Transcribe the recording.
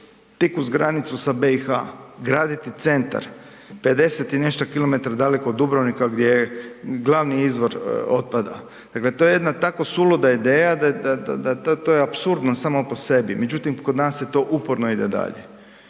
tik uz granicu sa BiH. Graditi centar 50 i nešto kilometara daleko od Dubrovnika gdje je glavni izvor otpada, dakle to je jedna tako suluda ideja da je to je apsurdno samo po sebi, međutim kod nas se to uporno ide dalje.